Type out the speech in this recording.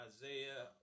Isaiah